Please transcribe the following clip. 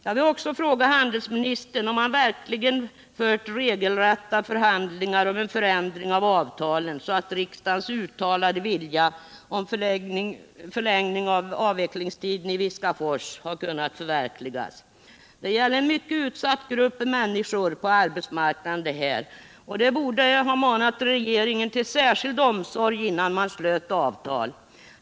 Jag vill också fråga handelsministern om han verkligen fört regelrätta förhandlingar om en ändring av avtalen, så att riksdagens uttalade vilja om förlängning av avvecklingstiden i Viskafors hade kunnat förverkligas. Det gäller en mycket utsatt grupp människor på arbetsmarknaden, och det borde ha manat regeringen till särskild omsorg innan man slöt avtal.